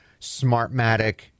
Smartmatic